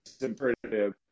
imperative